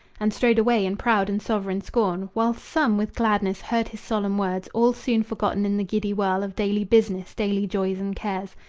and strode away in proud and sovereign scorn while some with gladness heard his solemn words, all soon forgotten in the giddy whirl of daily business, daily joys and cares.